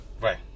Right